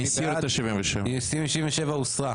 הצבעה בעד, 4 נגד, 9 נמנעים, אין לא אושר.